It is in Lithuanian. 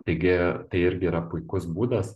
taigi tai irgi yra puikus būdas